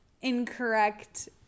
incorrect